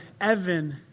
Evan